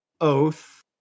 oath